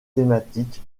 thématique